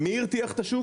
מי הרתיח את השוק?